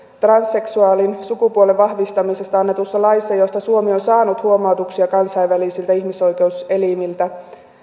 transseksuaalin sukupuolen vahvistamisesta annetussa laissa josta suomi on saanut huomautuksia kansainvälisiltä ihmisoikeuselimiltä